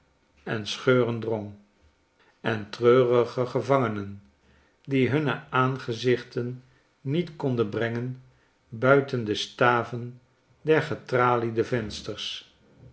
en scheuren drong en treurige gevangenen die hunne aangezichten niet konden brengen buiten de staven der getraliede vensters